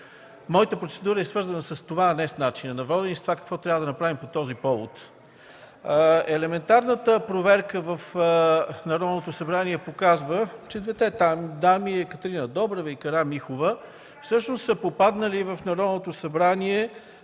Процедурата ми е свързана с това, а не по начина на водене и с това какво трябва да направим по този повод. Елементарната проверка в Народното събрание показа, че двете дами – Екатерина Добрева и Карамихова, всъщност са попаднали в Народното събрание